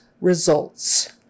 Results